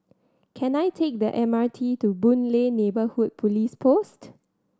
can I take the M R T to Boon Lay Neighbourhood Police Post